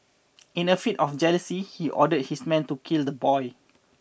in a fit of jealousy he ordered his men to kill the boy